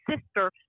sister